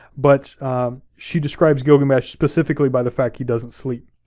but she describes gilgamesh specifically by the fact he doesn't sleep.